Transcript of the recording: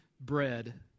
bread